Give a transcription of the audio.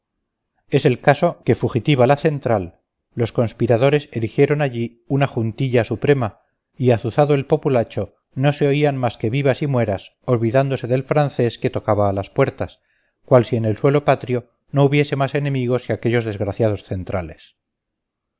es el caso que fugitiva la central los conspiradores erigieron allí una juntilla suprema y azuzado el populacho no se oían más que vivas y mueras olvidándose del francés que tocaba a las puertas cual si en el suelo patrio no hubiese más enemigos que aquellos desgraciados centrales